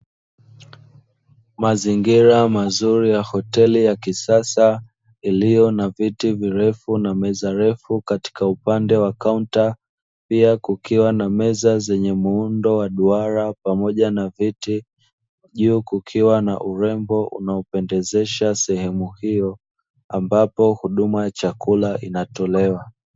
Mazingira mazuri ya hoteli ya kisasa iliyo na viti virefu na meza refu katika upande wa kaunta. Pia kukiwa na meza zenye muundo wa duara pamoja na viti, juu kukiwa na urembo unaopendezesha sehemu hiyo ambapo huduma ya chakula inatolewa.